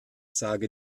sage